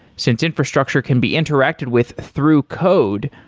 since infrastructure can be interacted with through code,